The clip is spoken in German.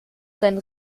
sein